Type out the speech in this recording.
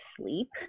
sleep